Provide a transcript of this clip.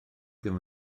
ddim